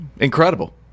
incredible